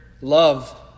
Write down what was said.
love